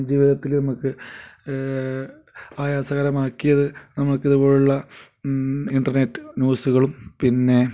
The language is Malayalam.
ജീവിതത്തിൽ നമുക്ക് ആയാസകരമാക്കിയത് നമുക്കിതു പോലെയുള്ള ഇൻ്റർനെറ്റ് ന്യൂസുകളും പിന്നെ